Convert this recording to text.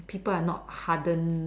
people are not harden